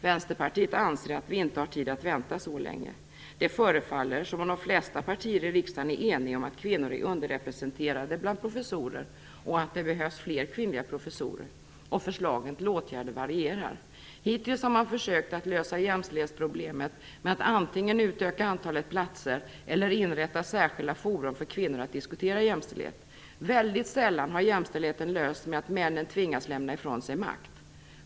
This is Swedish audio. Vänsterpartiet anser att vi inte har tid att vänta så länge. Det förefaller som om de flesta partier i riksdagen är eniga om att kvinnor är underrepresenterade bland professorer och att det behövs fler kvinnliga professorer. Förslagen till åtgärder varierar. Hittills har man försökt lösa jämställdhetsproblemet med att antingen utöka t.ex. antalet platser eller genom att inrätta särskilda forum för kvinnor att diskutera jämställdhet. Väldigt sällan har jämställdheten lösts med att männen tvingats lämna ifrån sig makt.